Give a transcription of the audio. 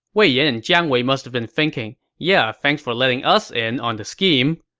wei yan and jiang wei must've been thinking, yeah, thanks for letting us in on the scheme.